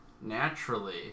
naturally